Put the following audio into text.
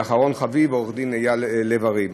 ואחרון חביב, לעורך-דין אייל לב-ארי.